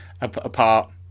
apart